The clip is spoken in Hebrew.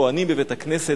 הכוהנים בבית-הכנסת,